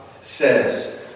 says